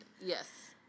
Yes